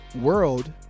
world